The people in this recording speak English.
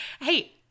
Hey